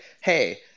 hey